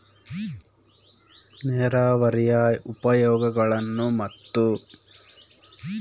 ನೇರಾವರಿಯ ಉಪಯೋಗಗಳನ್ನು ಮತ್ತು?